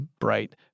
bright